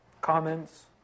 Comments